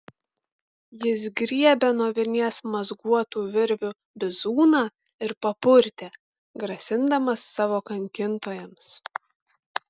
jis griebė nuo vinies mazguotų virvių bizūną ir papurtė grasindamas savo kankintojams